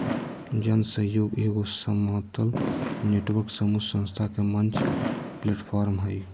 जन सहइोग एगो समतल नेटवर्क समूह संस्था के मंच प्लैटफ़ार्म हइ